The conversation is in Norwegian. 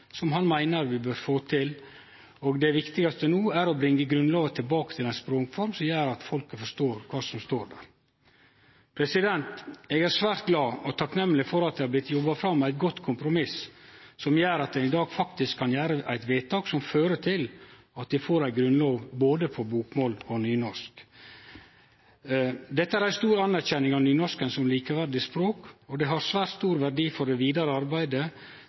som han meiner vi bør få til, og det viktigaste no er å bringe Grunnlova tilbake til ei språkform som gjer at folket forstår kva som står der. Eg er svært glad og takknemleg for at det har blitt jobba fram eit godt kompromiss som gjer at ein i dag faktisk kan gjere eit vedtak som fører til at vi får ei grunnlov på både bokmål og nynorsk. Dette er ei stor anerkjenning av nynorsken som likeverdig språk, og det har svært stor verdi for det vidare arbeidet